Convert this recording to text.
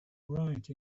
right